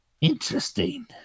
Interesting